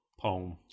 poem